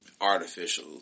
artificial